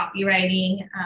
copywriting